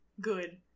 good